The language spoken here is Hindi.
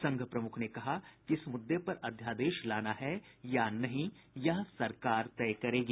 संघ प्रमुख ने कहा कि इस मुद्दे पर अध्यादेश लाना है या नहीं यह सरकार तय करेगी